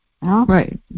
right